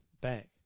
back